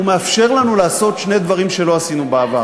מאפשר לנו לעשות שני דברים שלא עשינו בעבר.